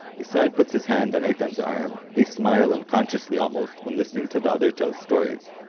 yisrael puts his hand on eytan's arm. they smile, unconsciously almost, when listening to the other tell stories.